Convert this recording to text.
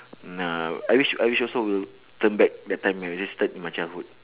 now I wish I wish also we'll turn back that time we were listed in my childhood